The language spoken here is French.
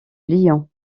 lions